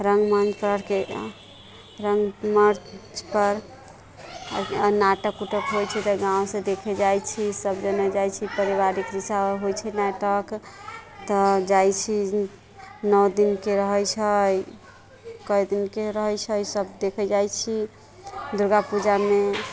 रङ्गमञ्च परके रङ्गमञ्च पर नाटक ओटक होइत छै तऽ गाँव से देखे जाइत छी सभजने जाइत छी पारिवारिक जहिसँ होइत छै नाटक तऽ जाइत छी नओ दिनके रहैत छै कइ दिनके रहैत छै सभ देखे जाइत छी दुर्गापूजा मे